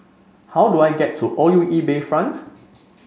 how do I get to O U E Bayfront